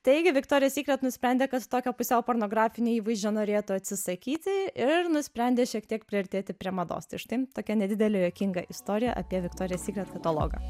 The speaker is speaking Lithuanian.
taigi viktorija sykret nusprendė kad tokio pusiau pornografinio įvaizdžio norėtų atsisakyti ir nusprendė šiek tiek priartėti prie mados tai štai tokia nedidelė juokinga istorija apie viktorija sykret katalogą